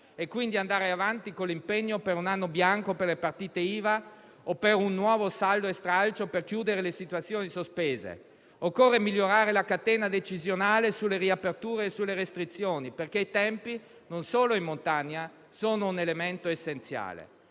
e quindi andare avanti con l'impegno per un anno bianco per le partite IVA o per un nuovo saldo e stralcio per chiudere le situazioni sospese. Occorre migliorare la catena decisionale sulle riaperture e sulle restrizioni, perché i tempi, non solo in montagna, sono un elemento essenziale.